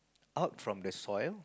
out from the soil